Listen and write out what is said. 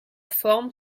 forme